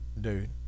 dude